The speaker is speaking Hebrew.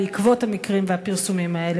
בעקבות המקרים והפרסומים האלה,